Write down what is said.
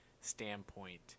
standpoint